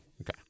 Okay